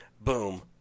Boom